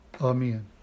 Amen